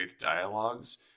dialogues